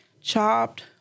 Chopped